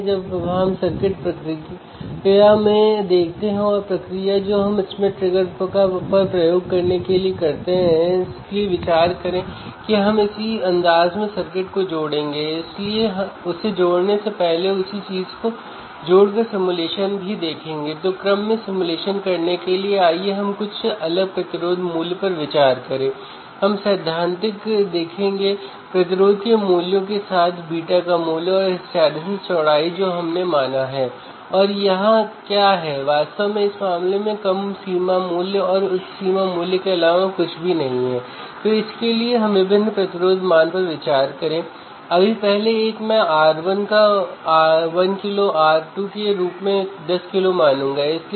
तो हम देखते हैं कि हम सर्किट बोर्ड पर इस विशेष प्रयोग को कैसे कर सकते हैं डिफ़्रेंसियल इंस्ट्रुमेंटेशन एम्पलीफायर के इनपुट पर 2 वोल्टेज लगाए